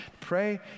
Pray